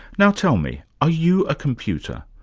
now tell me, are you a computer?